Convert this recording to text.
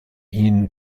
ihn